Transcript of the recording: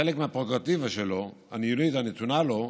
כחלק מהפררוגטיבה הניהולית הנתונה לו,